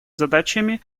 задачами